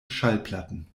schallplatten